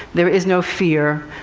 there is no fear.